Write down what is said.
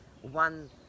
one